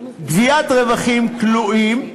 גביית רווחים כלואים,